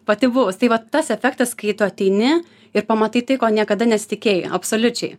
pati buvus tai va tas efektas kai tu ateini ir pamatai tai ko niekada nesitikėjai absoliučiai